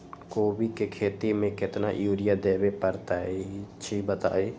कोबी के खेती मे केतना यूरिया देबे परईछी बताई?